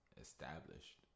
established